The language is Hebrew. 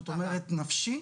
זאת אומרת: נפשי,